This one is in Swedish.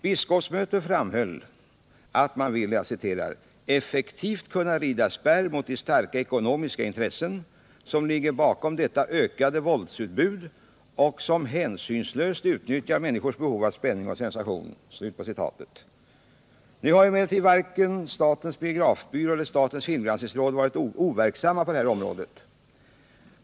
Biskopsmötet framhöll att man vill ”effektivt kunna rida spärr mot de starka ekonomiska intressen som ligger bakom detta ökande våldsutbud och som hänsynslöst utnyttjar människors behov av spänning och sensation”. Nu har emellertid varken statens biografbyrå eller statens filmgranskningsråd varit overksamma på detta område.